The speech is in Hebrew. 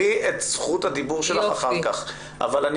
את תקבלי אחר כך את זכות הדיבור שלך אבל אני